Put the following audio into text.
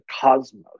cosmos